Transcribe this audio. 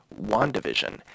WandaVision